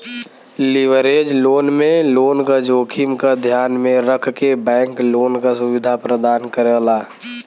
leverage loan में loan क जोखिम क ध्यान में रखके बैंक लोन क सुविधा प्रदान करेला